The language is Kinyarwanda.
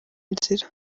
nzira